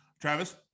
Travis